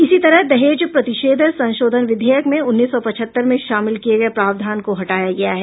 इसी तरह दहेज प्रतिषेध संशोधन विधेयक में उन्नीस सौ पचहत्तर में शामिल किये गये प्रावधान को हटाया गया है